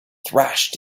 thrashed